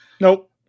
Nope